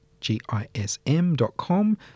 GISM.com